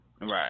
Right